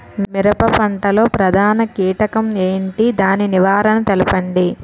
మిరప పంట లో ప్రధాన కీటకం ఏంటి? దాని నివారణ తెలపండి?